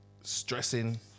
Stressing